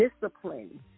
discipline